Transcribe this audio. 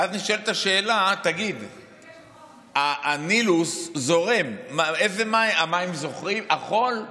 ואז נשאלת השאלה, הנילוס זורם, המים זוכרים, החול?